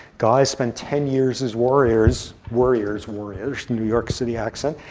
guys spend ten years as warriors worriers, warriors, new york city accent.